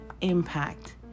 impact